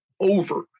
over